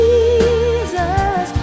Jesus